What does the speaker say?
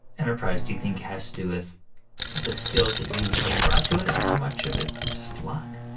enterprise do you think has to do with the skills that you and kevin brought to it, and how much of it was just luck?